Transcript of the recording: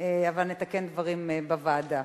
אבל נתקן דברים בוועדה.